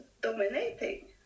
dominating